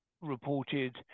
reported